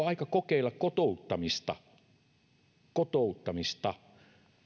aika kokeilla kotouttamista kotouttamista